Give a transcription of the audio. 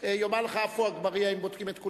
האם את רוצה